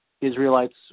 Israelites